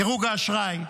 דירוג האשראי,